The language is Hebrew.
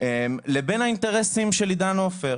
לבין האינטרסים של עידן עופר.